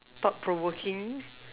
thought provoking